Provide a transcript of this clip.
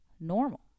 normal